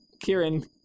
kieran